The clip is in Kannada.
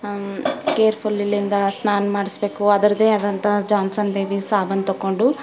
ಕೇರ್ಫುಲ್ಲಿಲಿಂದ ಸ್ನಾನ ಮಾಡಿಸ್ಬೇಕು ಅದರದ್ದೇ ಆದಂತಹ ಜಾನ್ಸನ್ ಬೇಬಿ ಸಾಬೂನು ತೊಗೊಂಡು